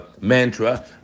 mantra